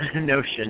notion